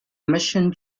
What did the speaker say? mission